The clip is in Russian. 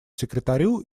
секретарю